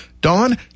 Dawn